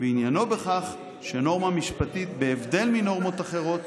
ועניינו בכך שנורמה משפטית, בהבדל מנורמות אחרות,